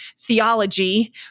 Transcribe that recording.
theology